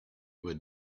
would